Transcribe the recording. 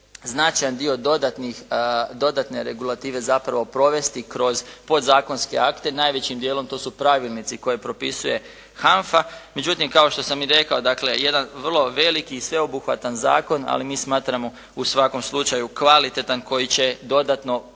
značajan dio dodatne regulative zapravo provesti kroz podzakonske akte. Najvećim dijelom to su pravilnici koje propisuje HANFA. Međutim, kao što sam i rekao, dakle jedan vrlo veliki i sveobuhvatan zakon. Ali mi smatramo u svakom slučaju kvalitetan koji će dodatno